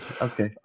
Okay